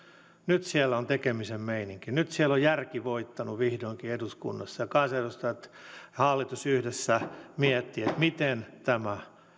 nyt siellä on tekemisen meininki nyt eduskunnassa on järki voittanut vihdoinkin kansanedustajat ja hallitus yhdessä miettivät miten tämä